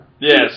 yes